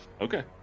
Okay